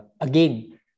again